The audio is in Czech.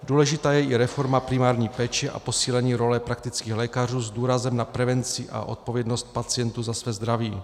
Důležitá je i reforma primární péče a posílení role praktických lékařů s důrazem na prevenci a odpovědnost pacientů za své zdraví.